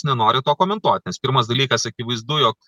nenori to komentuot nes pirmas dalykas akivaizdu jog